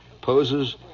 poses